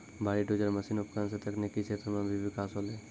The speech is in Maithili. भारी डोजर मसीन उपकरण सें तकनीकी क्षेत्र म भी बिकास होलय